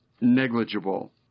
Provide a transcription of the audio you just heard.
negligible